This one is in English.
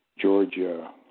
Georgia